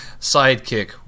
sidekick